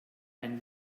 ein